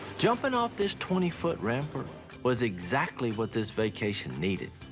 jumping off this twenty foot rampart was exactly what this vacation needed.